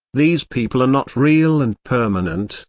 these people are not real and permanent,